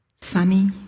sunny